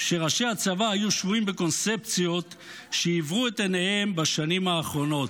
שראשי הצבא היו שבויים בקונספציות שעיוורו את עיניהם בשנים האחרונות,